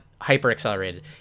hyper-accelerated